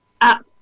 up